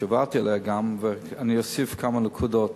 שגם עבדתי עליה, ואני אוסיף כמה נקודות.